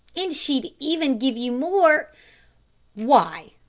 and she'd even give you more why?